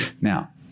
Now